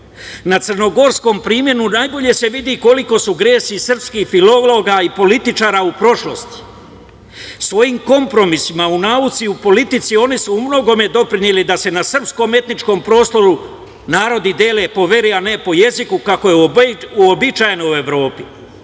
crnogorskom primeru najbolje se vidi koliki su gresi srpskih filologa i političara u prošlosti, svojim kompromisima u nauci i u politici oni su u mnogome doprineli da se na srpskom etničkom prostoru narodi dele po veri, a ne po jeziku, kako je uobičajeno u Evropi.